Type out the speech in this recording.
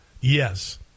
yes